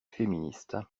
féministe